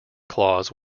clause